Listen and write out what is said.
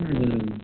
हूँ हूँ